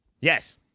Yes